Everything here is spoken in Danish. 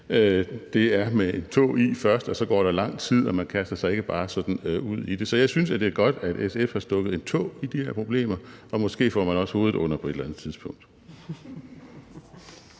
Det er med en tå i først, og så går der lang tid; man kaster sig ikke bare sådan ud i det. Så jeg synes, at det er godt, at SF har stukket en tå i de her problemer, og måske får man også hovedet under på et eller andet tidspunkt.